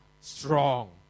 strong